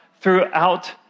throughout